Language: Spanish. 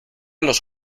los